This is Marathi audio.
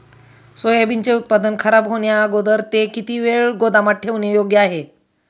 सोयाबीनचे उत्पादन खराब होण्याअगोदर ते किती वेळ गोदामात ठेवणे योग्य आहे?